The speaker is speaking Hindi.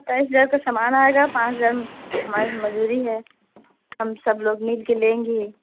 सत्ताईस हज़ार का सामान आएगा और पाँच हज़ार हमारी मज़दूरी है हम सब लोग मिलकर लेंगे